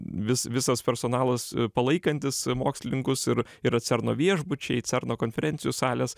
vis visas personalas palaikantis mokslininkus ir yra cerno viešbučiai cerno konferencijų salės